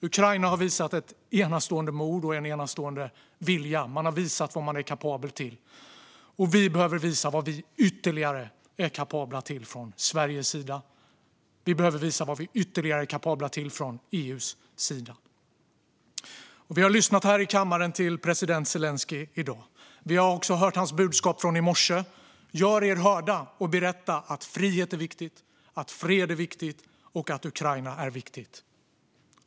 Ukraina har visat ett enastående mod och en enastående vilja. Man har visat vad man är kapabel till. Vi behöver visa vad vi ytterligare är kapabla till från Sveriges sida, och vi behöver visa vad vi ytterligare är kapabla till från EU:s sida. Vi har lyssnat här i kammaren till president Zelenskyj i dag. Vi har hört hans budskap från i morse: Gör er hörda och berätta att frihet är viktigt, att fred är viktigt och att Ukraina är viktigt!